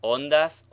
Ondas